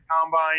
combine